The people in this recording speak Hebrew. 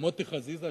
ומוטי חזיזה,